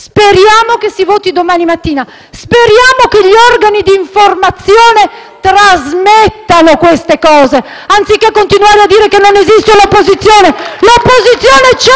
Speriamo che si voti domani mattina. Speriamo che gli organi di informazione trasmettano queste cose, anziché continuare a dire che non esiste opposizione. L'opposizione c'è!